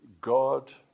God